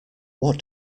what